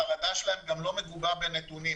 החרדה שלהם לא מגובה בנתונים,